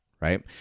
Right